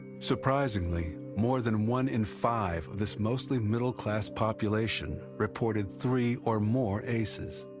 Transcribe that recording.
surprisingly more than one in five of this mostly middle class population reported three or more aces.